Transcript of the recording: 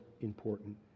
important